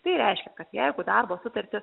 tai reiškia kad jeigu darbo sutartį